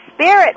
spirit